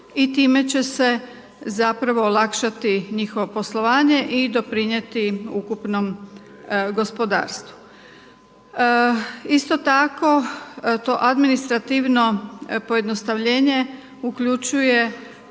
i time će se zapravo olakšati njihovo poslovanje i doprinijeti ukupnom gospodarstvu. Isto tako to administrativno pojednostavljenje uključuje